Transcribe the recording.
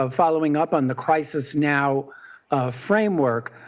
um following up on the crisis now framework,